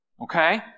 Okay